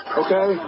okay